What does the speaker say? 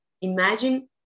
Imagine